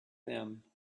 them